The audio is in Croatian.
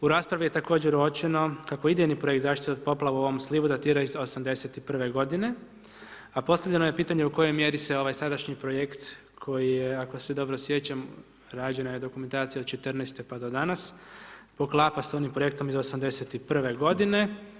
U raspravi je također uočeno kako idejni projekt zaštite od poplave u ovom slivu datira iz '81. godine, a postavljeno je pitanje u kojem mjeri se ovaj sadašnji projekt, koji je ako se dobro sjećam, rađena je dokumentacija od '14. pa do danas, poklapa sa onim projektom iz '81 godine.